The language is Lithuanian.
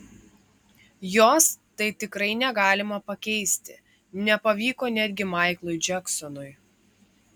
jos tai tikrai negalima pakeisti nepavyko netgi maiklui džeksonui